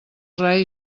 rei